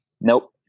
Nope